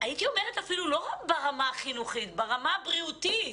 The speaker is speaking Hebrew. לא רק ברמה החינוכית, אלא ברמה הבריאותית.